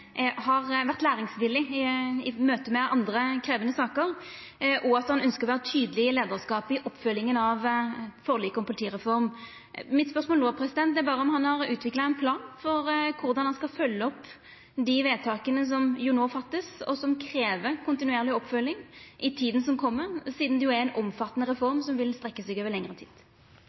har vore læringsvillig i møte med andre krevjande saker, og at han ønskjer å vera tydeleg i leiarskapen i oppfølginga av forliket om politireform. Mitt spørsmål nå var om han har utvikla ein plan for korleis han skal følgja opp dei vedtaka som no vert fatta, og som krev kontinuerleg oppfølging i tida som kjem, sidan det jo er ei omfattande reform som vil strekkja seg over lengre tid.